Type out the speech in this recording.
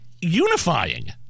unifying